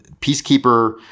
peacekeeper